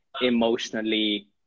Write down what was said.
emotionally